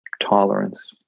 tolerance